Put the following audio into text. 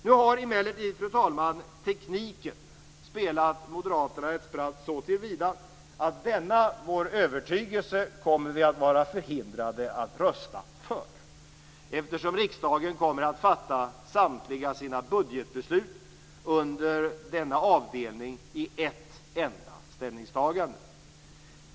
Nu har emellertid, fru talman, tekniken spelat Moderaterna ett spratt såtillvida att vi kommer att vara förhindrade att rösta för denna vår övertygelse, eftersom riksdagen kommer att fatta samtliga sina budgetbeslut under denna avdelning i ett enda ställningstagande.